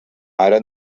ara